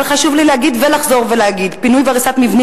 אבל חשוב לי לחזור ולהגיד: פינוי והריסה של מבנים